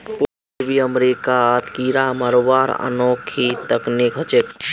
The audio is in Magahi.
पूर्वी अमेरिकात कीरा मरवार अनोखी तकनीक ह छेक